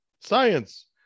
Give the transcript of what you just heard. science